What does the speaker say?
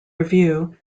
review